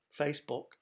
Facebook